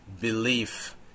belief